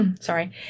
sorry